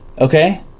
okay